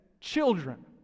children